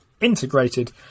integrated